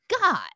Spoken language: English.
God